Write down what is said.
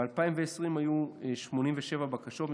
ב-2020 היו 87 בקשות,